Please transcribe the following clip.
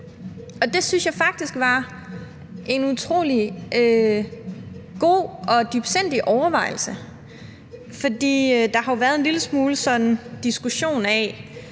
og det synes jeg faktisk var en utrolig god og dybsindig overvejelse, for der har jo været sådan en lille diskussion af,